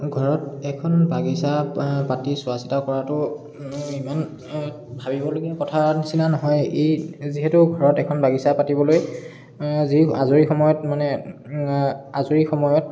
ঘৰত এখন বাগিচা প পাতি চোৱা চিতা কৰাতো ইমান ভাবিবলগীয়া কথা নিচিনা নহয় এই যিহেতু ঘৰত এখন বাগিচা পাতিবলৈ যি আজৰি সময়ত মানে আজৰি সময়ত